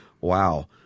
wow